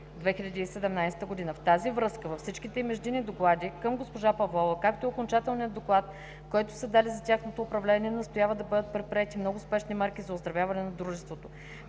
В тази връзка във всичките им междинни доклади към госпожа Павлова, както и в окончателния доклад, който са дали за тяхното управление, настояват да бъдат предприети много спешни мерки за оздравяване на дружеството.